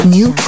New